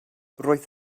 roedd